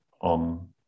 on